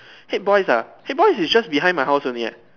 Haig Boys' ah Haig Boys' is just behind my house only eh